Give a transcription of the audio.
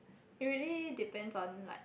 it really depends on like